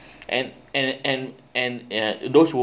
and and and and ya those who